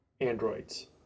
androids